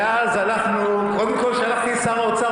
חיים כץ: ואז קודם שלחתי לשר האוצר,